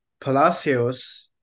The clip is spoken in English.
Palacios